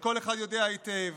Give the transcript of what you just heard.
וכל אחד יודע היטב